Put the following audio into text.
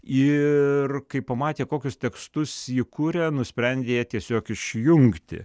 ir kai pamatė kokius tekstus ji kuria nusprendė tiesiog išjungti